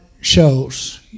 shows